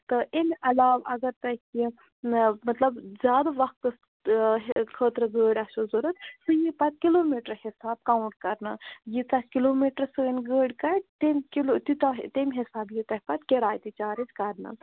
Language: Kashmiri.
تہٕ اَمہِ علاو اگر تۄہہِ کیٚنٛہہ مطلب زیادٕ وَقتَس خٲطرٕ گٲڑۍ آسیو ضوٚرَتھ سُہ یی پَتہٕ کِلوٗ میٖٹر حساب کاوُنٛٹ کَرنہٕ ییٖژاہ کِلوٗ میٖٹر سٲنۍ گٲڑۍ کَڑِ تَمۍ کِلوٗ تیوٗتاہ تَمۍ حساب یی تۄہہِ پَتہٕ کِراے تہِ چارٕج کَرنہٕ